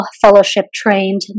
fellowship-trained